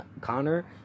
Connor